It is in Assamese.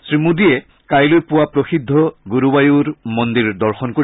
শ্ৰীমোদীয়ে কাইলৈ পুৱা প্ৰসিদ্ধ গুৰুবায়ুৰ মন্দিৰ দৰ্শন কৰিব